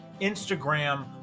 Instagram